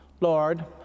Lord